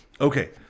okay